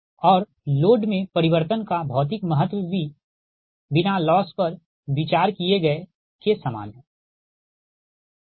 और लोड में परिवर्तन का भौतिक महत्व भी बिना लॉस पर विचार किए गए के सामान है ठीक